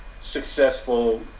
successful